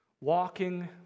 walking